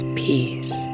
peace